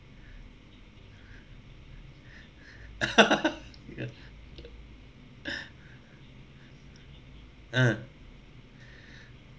ya uh